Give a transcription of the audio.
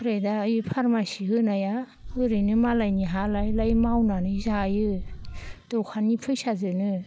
ओमफ्राय दा ओइ फार्मासि होनाया ओरैनो मालायनि हा लायै लायै मावनानै जायो दखाननि फैसाजोनो